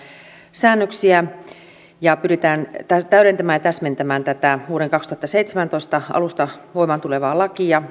säännöksiä ja pyritään täydentämään ja täsmentämään tätä vuoden kaksituhattaseitsemäntoista alusta voimaan tulevaa lakia